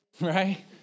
right